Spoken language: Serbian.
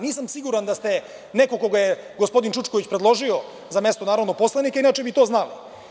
Nisam siguran da ste neko koga je gospodin Čučković predložio za mesto poslanika, inače bi to znali.